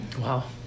Wow